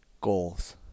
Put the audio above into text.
goals